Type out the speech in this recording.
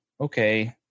Okay